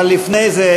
אבל לפני זה,